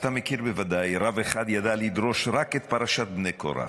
אתה מכיר בוודאי: רב אחד ידע לדרוש רק את פרשת בני קורח.